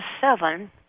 seven